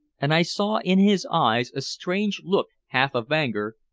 and i saw in his eyes a strange look, half of anger,